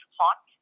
hot